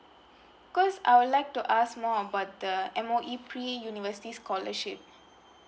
'cos I would like to ask more about the M_O_E pre university scholarship